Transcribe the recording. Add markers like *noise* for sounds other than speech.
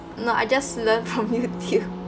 no I just learn from YouTube *laughs*